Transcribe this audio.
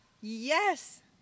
Yes